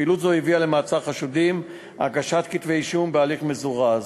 פעילות זו הביאה למעצר חשודים והגשת כתבי-אישום בהליך מזורז.